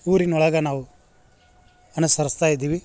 ಊರಿನೊಳಗ ನಾವು ಅನಸರ್ಸ್ತಾ ಇದ್ದೀವಿ